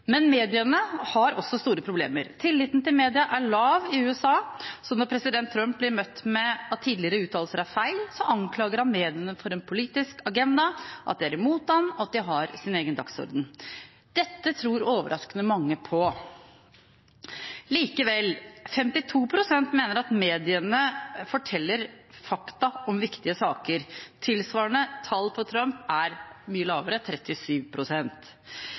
Men mediene har også store problemer. Tilliten til mediene er lav i USA, så når president Trump blir møtt med at tidligere uttalelser er feil, anklager han mediene for å ha en politisk agenda, at de er imot ham, at de har sin egen dagsorden. Dette tror overraskende mange på. Likevel mener 52 pst. at mediene forteller fakta om viktige saker. Tilsvarende tall for Trump er mye lavere